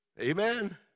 Amen